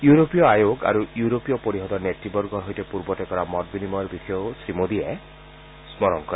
ইউৰোপীয় আয়োগ আৰু ইউৰোপীয় পৰিষদৰ নেতৃবৰ্গৰ সৈতে পূৰ্বতে কৰা মত বিনিময়ৰ বিষয়েও শ্ৰীমোদীয়ে সোঁৱৰণ কৰে